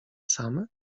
same